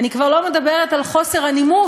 אני כבר לא מדברת על חוסר הנימוס.